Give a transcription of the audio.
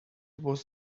was